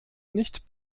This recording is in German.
nicht